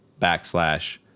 backslash